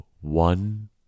one